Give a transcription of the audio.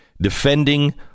Defending